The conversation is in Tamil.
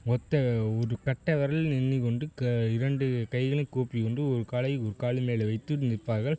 ஒற்றை ஒரு கட்டை விரலில் நின்று கொண்டு க இரண்டு கைகளையும் கூப்பி கொண்டு ஒரு காலை ஒரு காலின் மேலே வைத்து நிற்பார்கள்